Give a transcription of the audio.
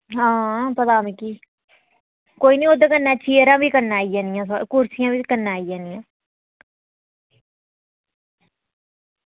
हां पता मिगी कोई नेईं ओह्दे कन्नै चेयरां बी आई जानियां कुरसियां बी कन्नै आई जानियां